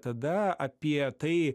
tada apie tai